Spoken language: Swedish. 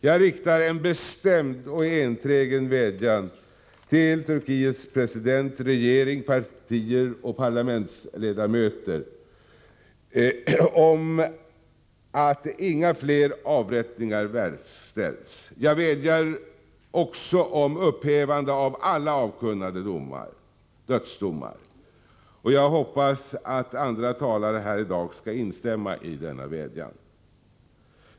Jag riktar en bestämd och enträgen vädjan till Turkiets president, regering, partier och parlamentsledamöter om att inga fler avrättningar verkställs. Jag vädjar också om upphävande av alla avkunnade dödsdomar. Jag hoppas att andra talare här i dag skall instämma i denna vädjan.